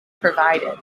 provided